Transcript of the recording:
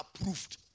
approved